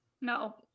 no